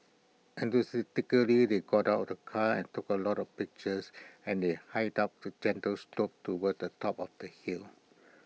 enthusiastically they got out of the car and took A lot of pictures and they hiked up A gentle slope towards the top of the hill